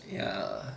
ya